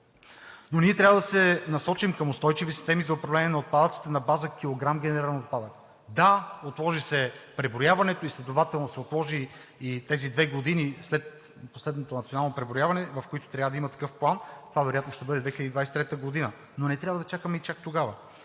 ние трябва да се насочим към устойчиви системи за управление на отпадъците на база килограм генерален отпадък. Да, отложи се преброяването и следователно се отложи в тези две години, след последното Национално преброяване, в които трябва да има такъв план – това вероятно ще бъде през 2023 г., но не трябва да чакаме и чак тогава.